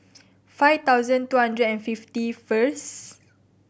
five thousand two hundred and fifty first